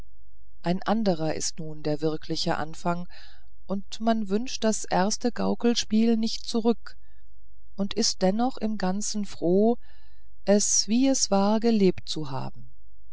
ein anderer ist nun der wirkliche anfang und man wünscht das erste gaukelspiel nicht zurück und ist dennoch im ganzen froh es wie es war gelebt zu haben